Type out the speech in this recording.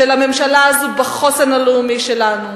של הממשלה הזו בחוסן הלאומי שלנו,